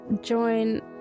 join